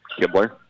Kibler